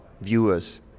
viewers